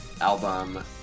album